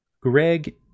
Greg